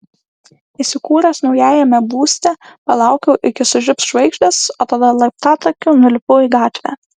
įsikūręs naujajame būste palaukiau iki sužibs žvaigždės o tada laiptatakiu nulipau į gatvę